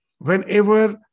Whenever